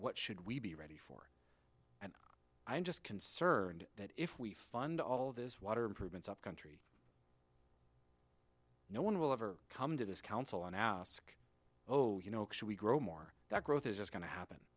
what should we be ready for i'm just concerned that if we fund all this water improvements upcountry no one will ever come to this council and ask oh you know should we grow more that growth is just going to happen